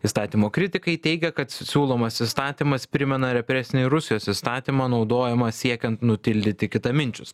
įstatymo kritikai teigia kad siūlomas įstatymas primena represinį rusijos įstatymą naudojamą siekiant nutildyti kitaminčius